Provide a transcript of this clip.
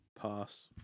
Pass